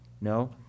No